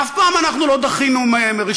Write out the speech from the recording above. אף פעם אנחנו לא דחינו ראשונים,